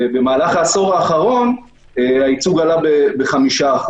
במהלך העשור האחרון הייצוג עלה ב-5%.